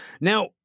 Now